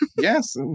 Yes